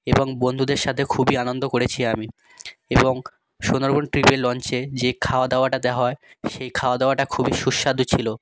এবং বন্ধুদের সাথে খুবই আনন্দ করেছি আমি এবং সুন্দরবন ট্রিপে লঞ্চে যে খাওয়া দাওয়াটাতে হয় সেই খাওয়া দাওয়াটা খুবই সুস্বাদু ছিলো